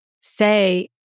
say